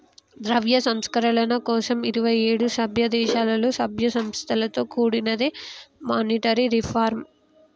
ద్రవ్య సంస్కరణల కోసం ఇరవై ఏడు సభ్యదేశాలలో, సభ్య సంస్థలతో కూడినదే మానిటరీ రిఫార్మ్